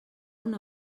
una